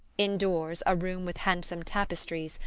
indoors, a room with handsome tapestries,